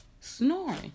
snoring